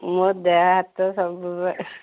ମୋ ଦେହ ହାତ ସବୁବେଳେ